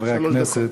חברי הכנסת,